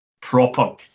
proper